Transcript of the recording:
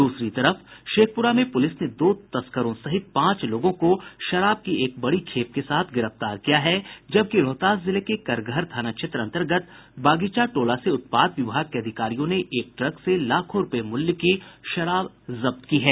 दूसरी तरफ शेखपुरा में पुलिस ने दो तस्करों सहित पांच लोगों को शराब की खेप के साथ गिरफ्तार किया है जबकि रोहतास जिले के करगहर थाना क्षेत्र अंतर्गत बगीचा टोला से उत्पाद विभाग के अधिकारियों ने एक ट्रक से लाखों रूपये मूल्य की शराब जब्त की है